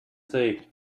see